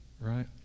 right